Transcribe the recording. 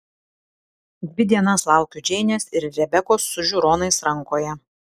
dvi dienas laukiu džeinės ir rebekos su žiūronais rankoje